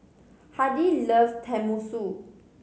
Hardy loves Tenmusu